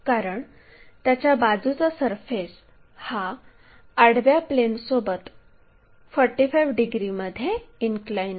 कारण त्याच्या बाजूचा सरफेस हा आडव्या प्लेनसोबत 45 डिग्रीमध्ये इनक्लाइन आहे